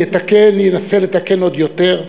יתקן וינסה לתקן עוד יותר.